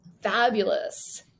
fabulous